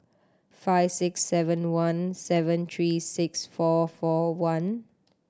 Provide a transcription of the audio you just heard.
five six seven one seven three six four four one